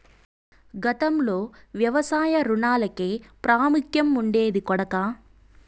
గతంలో వ్యవసాయ రుణాలకే ప్రాముఖ్యం ఉండేది కొడకా